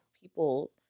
people